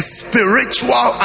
spiritual